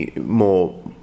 more